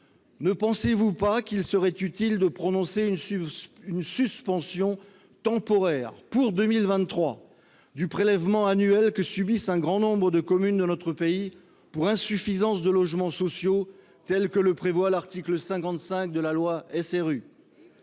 Ne pensez-vous pas qu'il serait utile de prononcer une suspension temporaire, pour 2023, du prélèvement annuel que subissent un grand nombre de communes de notre pays pour insuffisance de logements sociaux, tel que le prévoit l'article 55 de la loi du